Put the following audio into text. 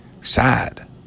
sad